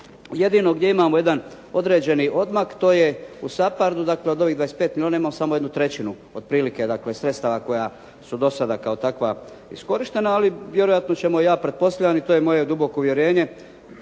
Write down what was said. Jedino gdje imamo jedan određeni odmak to je u SAPARD-u, dakle od ovih 25 milijuna imamo samo 1/3 otprilike dakle sredstava koja su do sada kao takva iskorištena. Ali vjerojatno ćemo, ja pretpostavljam i to je moje duboko uvjerenje